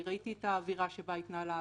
ראיתי את האווירה שבה התנהלה הוועדה,